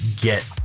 get